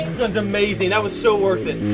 gun's amazing. that was so worth it.